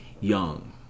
young